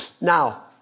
Now